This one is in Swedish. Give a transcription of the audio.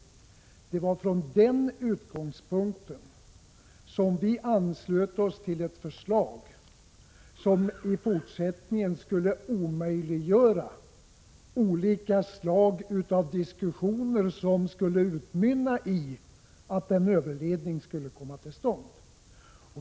Det var från den utgångspunkten vi anslöt oss till ett förslag som i fortsättningen skulle omöjliggöra alla diskussioner som skulle utmynna i att en överledning skulle komma till stånd.